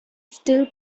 still